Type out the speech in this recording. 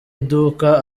iduka